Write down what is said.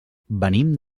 venim